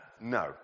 No